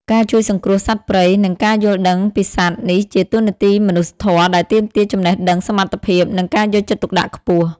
ការជួយសង្គ្រោះសត្វព្រៃ និងការយល់ដឹងពីសត្វ នេះជាតួនាទីមនុស្សធម៌ដែលទាមទារចំណេះដឹង សមត្ថភាព និងការយកចិត្តទុកដាក់ខ្ពស់។